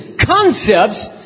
concepts